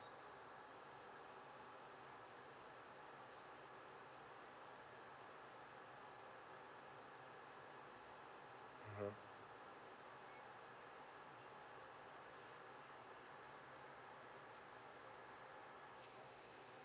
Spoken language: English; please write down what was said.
(uh huh)